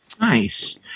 Nice